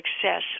success